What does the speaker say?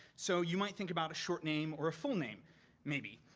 so, you might think about a short name or a full name maybe.